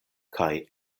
kaj